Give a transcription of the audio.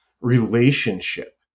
relationship